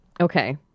Okay